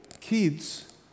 kids